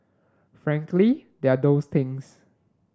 frankly they are those things